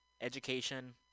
education